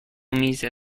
mise